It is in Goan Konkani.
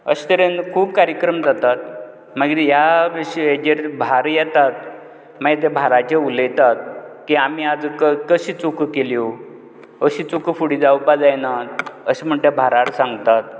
अशे तरेन खूब कार्यक्रम जातात मागीर ह्या वीश हेजेर भार येतात मागीर ते भाराचेर उलयतात की आमी आज कशी चुको केल्यो अशी चुको फुडें जावपाक जायनात अशे म्हण ते भारार सांगतात